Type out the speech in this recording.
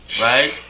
right